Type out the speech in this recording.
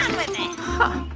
um with it huh